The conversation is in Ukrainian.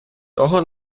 того